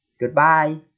goodbye